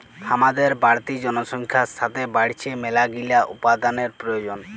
হামাদের বাড়তি জনসংখ্যার সাতে বাইড়ছে মেলাগিলা উপাদানের প্রয়োজন